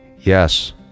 Yes